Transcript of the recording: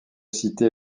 citer